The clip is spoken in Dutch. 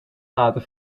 laten